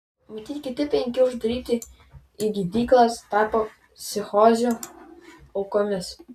matyt kiti penki uždaryti į gydyklas tapo psichozių aukomis